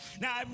Now